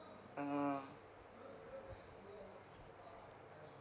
ah